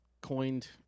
coined